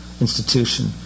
institution